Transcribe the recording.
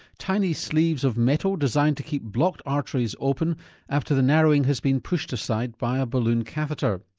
tiny sleeves of metal designed to keep blocked arteries open after the narrowing has been pushed aside by a balloon catheter.